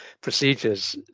procedures